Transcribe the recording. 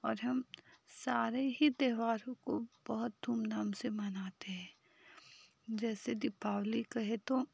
और हम सारे ही त्यौहारों को बहुत धूम धाम से मनाते हैं जैसे दीपावली कहें तो